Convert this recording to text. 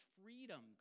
freedom